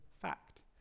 fact